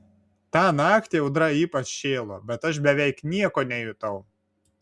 tą naktį audra ypač šėlo bet aš beveik nieko nejutau